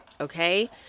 Okay